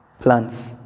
plants